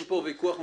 יש פה ויכוח מהותי.